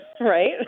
Right